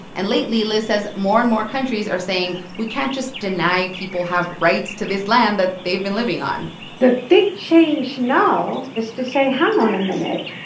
and lately, liz says, more and more countries are saying, we can't just deny people have rights to this land that they've been living on the big change now is to say, hang on a minute.